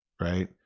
Right